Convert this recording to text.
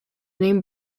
name